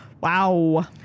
wow